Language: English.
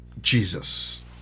Jesus